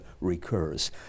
recurs